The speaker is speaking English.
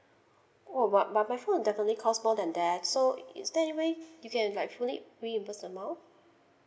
oh but my my phone definitely cost more than that so is there any way you can like fully reimburse amount